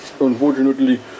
unfortunately